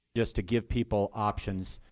just to give people options,